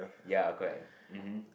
ya correct mmhmm